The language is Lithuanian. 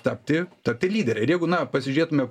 tapti tapti lydere ir jeigu na pasižiūrėtume